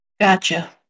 Gotcha